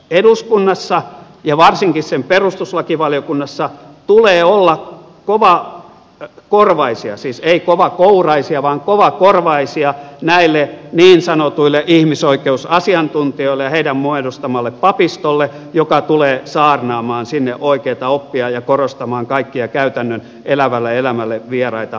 eduskunnassa ja varsinkin sen perustuslakivaliokunnassa tulee olla kovakorvaisia siis ei kovakouraisia vaan kovakorvaisia näille niin sanotuille ihmisoikeusasiantuntijoille ja heidän muodostamalleen papistolle joka tulee saarnaamaan sinne oikeata oppia ja korostamaan kaikkia käytännön elävälle elämälle vieraita teoreettisia lähtökohtia